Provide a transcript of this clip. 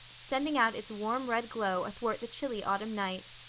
sending out its warm red glow athwart the chilly autumn night.